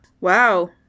Wow